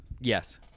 Yes